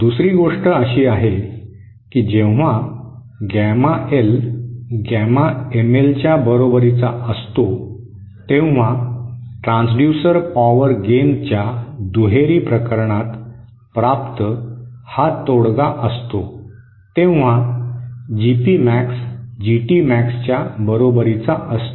दुसरी गोष्ट अशी आहे की जेव्हा गॅमा एल गॅमा एमएलच्या बरोबरीचा असतो तेव्हा ट्रान्सड्यूसर पॉवर गेनच्या दुहेरी प्रकरणात प्राप्त हा तोडगा असतो तेव्हा जीपी मॅक्स जीटी मॅक्सच्या बरोबरीचा असतो